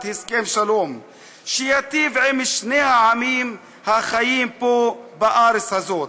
הסכם שלום שיטיב עם שני העמים החיים פה בארץ הזאת.